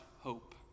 hope